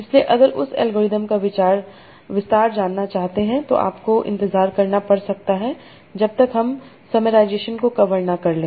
इसलिए अगर उस अल्गोरिथम का विस्तार जानना चाहते हैं तो आपको इंतज़ार करना पड़ सकता है जब तक हम समराइज़शन को कवर न कर लें